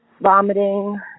vomiting